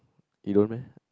you don't meh